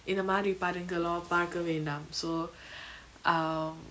இந்தமாரி படங்களோ பாக்க வேண்டாம்:inthamari padangalo paka vendam so um